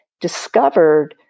discovered